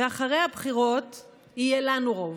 ואחרי הבחירות יהיה לנו רוב,